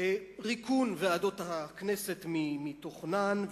ריקון ועדות הכנסת מתוכנן,